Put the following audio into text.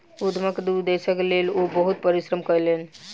उद्यमक उदेश्यक लेल ओ बहुत परिश्रम कयलैन